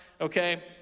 okay